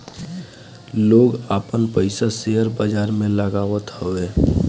लोग आपन पईसा शेयर बाजार में लगावत हवे